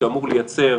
שאמור לייצר